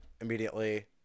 immediately